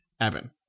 Evan